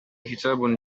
كتاب